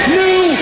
new